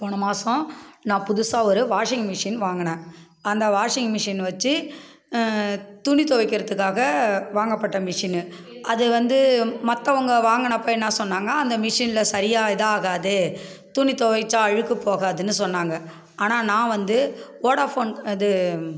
போன மாதம் நான் புதுசாக ஒரு வாஷிங் மிஷின் வாங்கினேன் அந்த வாஷிங் மிஷின் வச்சி துணி துவைக்கிறதுக்காக வாங்கப்பட்ட மிஷின் அது வந்து மற்றவங்க வாங்கினப்ப என்ன சொன்னாங்க அந்த மிஷின்ல சரியாக இதாக ஆகாது துணி துவைச்சா அழுக்கு போகாதுன்னு சொன்னாங்க ஆனால் நான் வந்து வோடஃபோன் இது